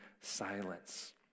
silence